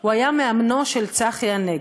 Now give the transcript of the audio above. הוא היה מאמנו של צחי הנגבי.